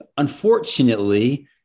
Unfortunately